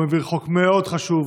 היום הוא העביר חוק מאוד חשוב,